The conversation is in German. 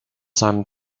seinem